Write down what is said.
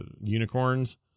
unicorns